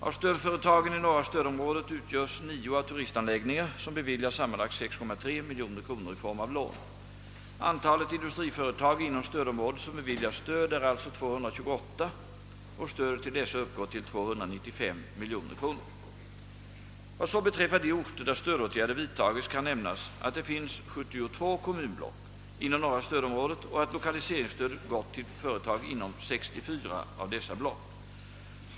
Av stödföretagen i norra stödområdet utgörs nio av turistanläggningar, som beviljats sammanlagt 6,3 miljoner kronor i form av lån. Antalet industriföretag inom stödområdet som beviljats stöd är alltså 228, och stödet till dessa uppgår till 295 miljoner kronor. Vad så beträffar de orter där stödåtgärder vidtagits kan nämnas att det finns 72 kommunblock inom norra stödområdet och att lokaliseringsstöd gått till företag inom 64 av dessa block.